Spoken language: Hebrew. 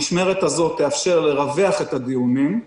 המשמרת הזאת תאפשר לרווח את הדיונים,